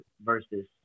versus